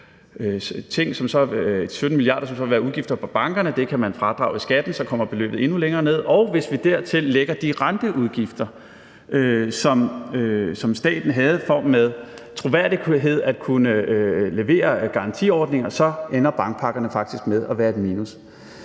17 mia. kr., som så vil være udgifter for bankerne. Det kan man fradrage i skatten, og så kommer beløbet endnu længere ned. Og hvis vi dertil lægger de renteudgifter, som staten havde for med troværdighed at kunne levere garantiordninger, så ender bankpakkerne faktisk med at være et minus.